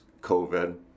COVID